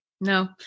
No